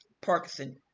Parkinson